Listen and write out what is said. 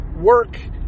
work